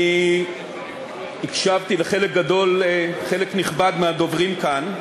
אני הקשבתי לחלק גדול, חלק נכבד מהדוברים כאן,